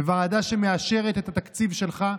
בוועדה שמאשרת את התקציב שלך?